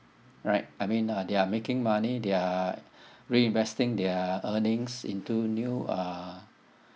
right I mean uh they are making money they're reinvesting their earnings into new uh